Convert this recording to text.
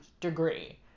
degree